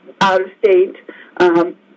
out-of-state